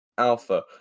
Alpha